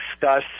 discuss